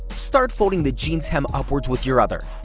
start folding the jeans hem upwards with your other.